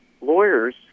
lawyers